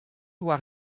war